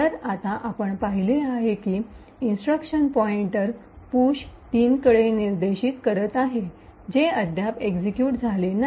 तर आता आपण पाहिले आहे की इन्स्ट्रक्शन पॉइन्टर पुश ०३ कडे निर्देशित करत आहे जे अद्याप एक्सिक्यूट झाले नाही